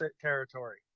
territory